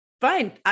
fine